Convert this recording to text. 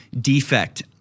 defect